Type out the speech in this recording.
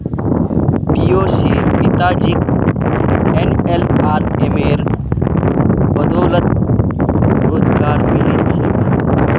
पियुशेर पिताजीक एनएलआरएमेर बदौलत रोजगार मिलील छेक